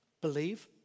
Believe